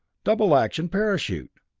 double action parachute.